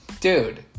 Dude